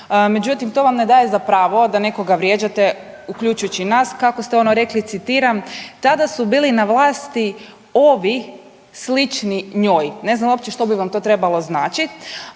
međutim to vam ne daje za pravo da nekoga vrijeđate uključujući i nas kako ste ono rekli, citiram, tada su bili na vlasti ovi slični njoj. Ne znam uopće što bi vam to trebalo značit,